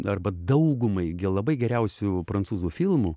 arba daugumai ge labai geriausių prancūzų filmų